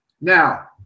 Now